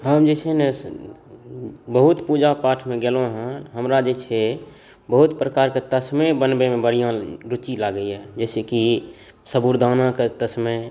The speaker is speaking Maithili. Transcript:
हम जे छै ने से बहुत पूजा पाठमे गेलहुँ हेँ हमरा जे छै बहुत प्रकारके तस्मै बनबैमे बढ़िऑं रुची लागैया जेनाकि सबुरदानाके तस्मै